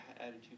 attitude